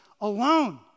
alone